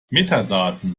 metadaten